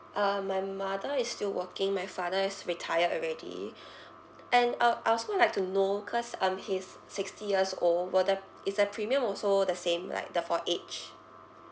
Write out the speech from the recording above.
uh my mother is still working my father is retired already and uh I also would like to know cause um he's sixty years old will the is the premium also the same like the for age